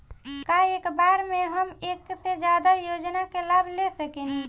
का एक बार में हम एक से ज्यादा योजना का लाभ ले सकेनी?